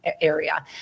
area